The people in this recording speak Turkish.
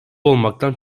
olmaktan